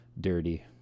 dirty